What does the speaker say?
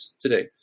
today